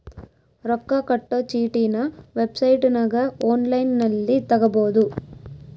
ರೊಕ್ಕ ಕಟ್ಟೊ ಚೀಟಿನ ವೆಬ್ಸೈಟನಗ ಒನ್ಲೈನ್ನಲ್ಲಿ ತಗಬೊದು